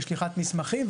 בשליחת מסמכים,